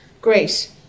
great